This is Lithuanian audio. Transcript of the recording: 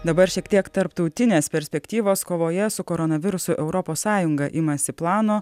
dabar šiek tiek tarptautinės perspektyvos kovoje su koronavirusu europos sąjunga imasi plano